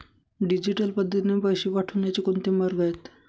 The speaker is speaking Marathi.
डिजिटल पद्धतीने पैसे पाठवण्याचे कोणते मार्ग आहेत?